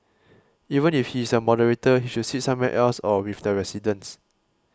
even if he is a moderator he should sit somewhere else or with the residents